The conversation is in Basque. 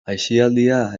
aisialdia